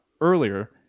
earlier